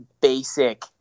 basic